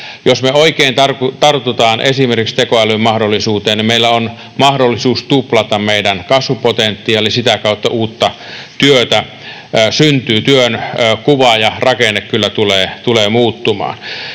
jos me oikein tartumme esimerkiksi tekoälyn mahdollisuuteen, meillä on mahdollisuus tuplata meidän kasvupotentiaali, sitä kautta uutta työtä syntyy. Työn kuva ja rakenne kyllä tulevat muuttumaan.